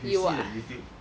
有啊